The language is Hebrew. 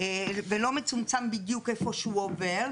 ולא מצומצם בדיוק איפה שהוא עובר,